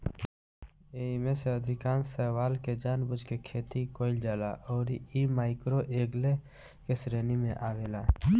एईमे से अधिकांश शैवाल के जानबूझ के खेती कईल जाला अउरी इ माइक्रोएल्गे के श्रेणी में आवेला